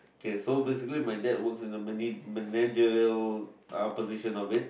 okay so basically my dad works in mana~ managerial uh position of it